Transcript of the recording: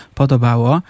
podobało